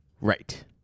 Right